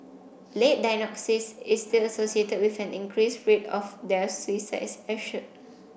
late diagnosis is still associated with an increased rate of deaths suicides have shown